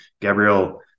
Gabriel